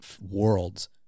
worlds